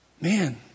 Man